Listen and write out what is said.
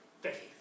faith